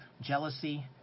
jealousy